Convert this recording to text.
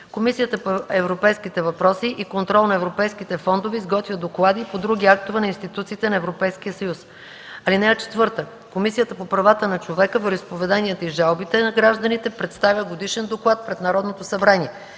Комисията по европейските въпроси и контрол на европейските фондове изготвя доклади и по други актове на институциите на Европейския съюз. (4) Комисията по правата на човека, вероизповеданията и жалбите на гражданите представя годишен доклад пред Народното събрание.